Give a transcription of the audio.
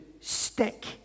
stick